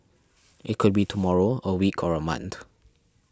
it could be tomorrow a week or a month